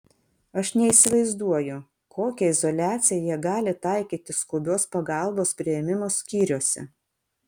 aš neįsivaizduoju kokią izoliaciją jie gali taikyti skubios pagalbos priėmimo skyriuose